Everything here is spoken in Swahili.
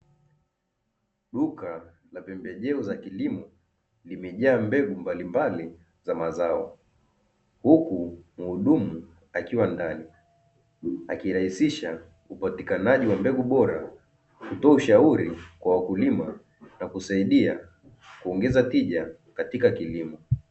Duka la pembejeo za kilimo limejaa mbegu za aina mbalimbali za mazao huku muhudumu akiwa ndani, akirahisisha upatikanaji wa mbegu bora, kutoa ushauri kwa wakulima na kusaidia kuongeza tija katika kilimo.